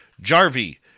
Jarvie